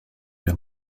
meer